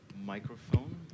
microphone